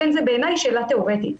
לכן בעיניי זו שאלה תיאורטית.